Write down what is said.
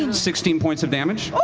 and sixteen points of damage.